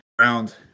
round